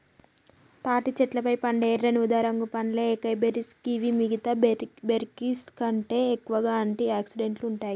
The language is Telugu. తాటి చెట్లపై పండే ఎర్రని ఊదారంగు పండ్లే ఏకైబెర్రీస్ గివి మిగితా బెర్రీస్కంటే ఎక్కువగా ఆంటి ఆక్సిడెంట్లు ఉంటాయి